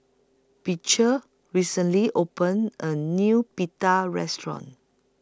Beecher recently opened A New Pita Restaurant